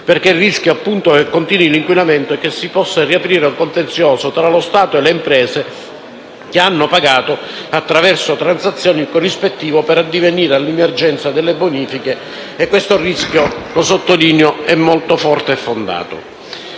Il rischio, appunto, è che continui l'inquinamento e che si possa riaprire un contenzioso tra lo Stato e le imprese che hanno pagato, attraverso transazioni, il corrispettivo per addivenire all'emergenza delle bonifiche e questo rischio - lo sottolineo - è molto forte e fondato.